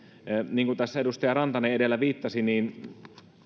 niin kuin tässä edustaja rantanen edellä viittasi niin